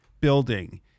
building